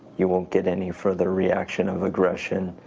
you won't get any further reaction of aggression,